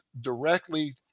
directly